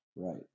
Right